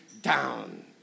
down